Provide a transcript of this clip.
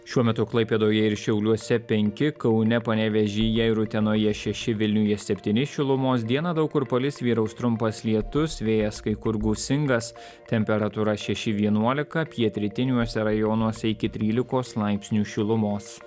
šiuo metu klaipėdoje ir šiauliuose penki kaune panevėžyje ir utenoje šeši vilniuje septyni šilumos dieną daug kur palis vyraus trumpas lietus vėjas kai kur gūsingas temperatūra šeši vienuolika pietrytiniuose rajonuose iki trylikos laipsnių šilumos